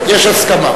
יש הסכמת